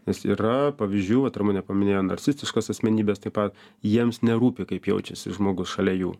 nes yra pavyzdžių vat ramunė paminėjo narcistiškos asmenybės taip pat jiems nerūpi kaip jaučiasi žmogus šalia jų